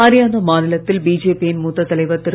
ஹரியானா மாநிலத்தில் பிஜேபியின் மூத்த தலைவர் திரு